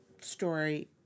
story